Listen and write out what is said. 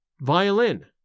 Violin